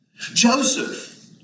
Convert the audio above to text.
Joseph